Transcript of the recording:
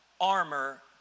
armor